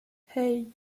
hey